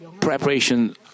preparation